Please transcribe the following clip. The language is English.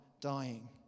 dying